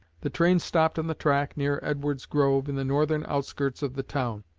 the train stopped on the track, near edward's grove, in the northern outskirts of the town,